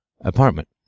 apartment